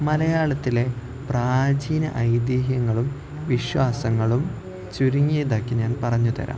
മലയാളത്തിലെ പ്രാചീന ഐതീഹ്യങ്ങളും വിശ്വാസങ്ങളും ചുരുങ്ങിയതാക്കി ഞാൻ പറഞ്ഞുതരാം